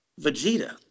Vegeta